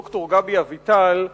ד"ר גבי אביטל,